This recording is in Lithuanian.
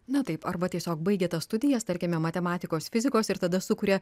na taip arba tiesiog baigia tas studijas tarkime matematikos fizikos ir tada sukuria